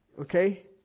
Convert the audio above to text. Okay